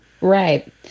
right